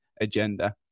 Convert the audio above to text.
agenda